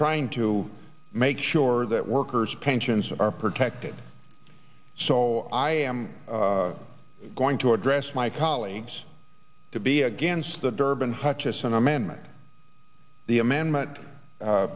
trying to make sure that workers pensions are protected so i am going to address my colleagues to be against the durban hutchison amendment the amendment